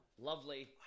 lovely